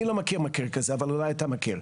אני לא מכיר מקרה כזה, אבל אולי אתה מכיר.